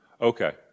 Okay